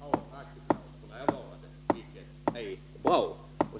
av aktiebolagf. n., vilket är bra.